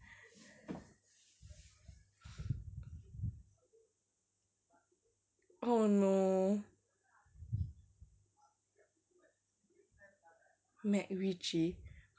oh no macritchie